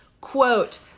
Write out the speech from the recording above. quote